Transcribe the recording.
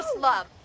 love